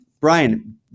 Brian